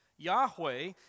Yahweh